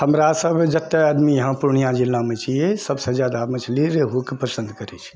हमरासभ जतय आदमी इहाँ पूर्णिया जिलामऽ छियै सभसे जादा मछली रेहूकऽ पसन्द करैत छै